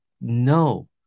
no